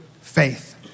faith